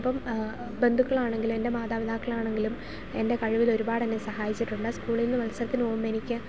അപ്പം ബന്ധുക്കളാണെങ്കിലും എൻ്റെ മാതപിതാക്കളാണെങ്കിലും എൻ്റെ കഴിവിൽ ഒരുപാട് എന്നേ സഹായിച്ചിട്ടുണ്ട് സ്കൂളിൽ നിന്ന് മത്സത്തിന് പോകുമ്പോൾ എനിക്ക്